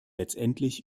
letztendlich